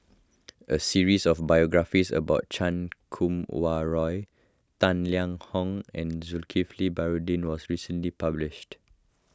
a series of biographies about Chan Kum Wah Roy Tang Liang Hong and Zulkifli Baharudin was recently published